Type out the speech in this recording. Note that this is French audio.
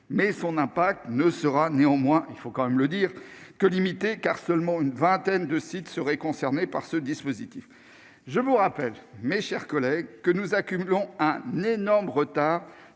mais son impact sera néanmoins limité, il faut le dire, car seulement une vingtaine de sites seraient concernés par le dispositif. Je vous rappelle, mes chers collègues, que nous accusons un énorme retard